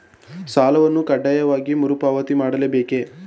ಸಾಲವನ್ನು ಕಡ್ಡಾಯವಾಗಿ ಮರುಪಾವತಿ ಮಾಡಲೇ ಬೇಕೇ?